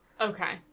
Okay